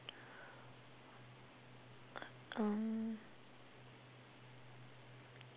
uh